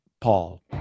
Paul